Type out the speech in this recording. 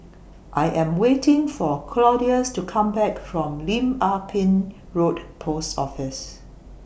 I Am waiting For Claudius to Come Back from Lim Ah Pin Road Post Office